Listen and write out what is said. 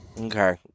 Okay